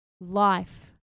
life